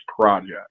project